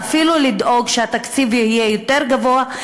ואפילו לדאוג שהתקציב יהיה יותר גבוה,